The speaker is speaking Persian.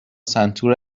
سنتور